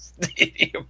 Stadium